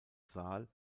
saal